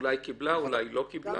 אולי קיבלה, אולי לא קיבלה.